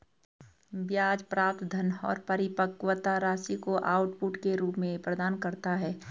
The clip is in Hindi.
ब्याज प्राप्त धन और परिपक्वता राशि को आउटपुट के रूप में प्रदान करता है